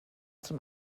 zum